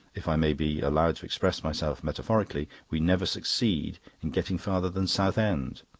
if i may be allowed to express myself metaphorically, we never succeed in getting farther than southend.